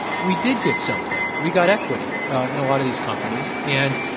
we did get something. we got equity in a lot of these companies. and